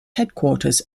headquarters